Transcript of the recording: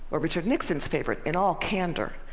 richard nixon's favorite, in all candor.